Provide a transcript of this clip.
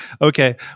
okay